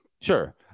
sure